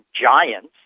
giants